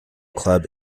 club